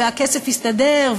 והכסף יסתדר,